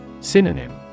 Synonym